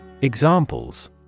Examples